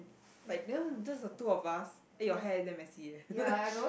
like you know just the two of us eh your hair is damn messy eh